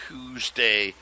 Tuesday